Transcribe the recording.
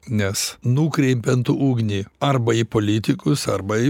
nes nukreipiant ugnį arba į politikus arba į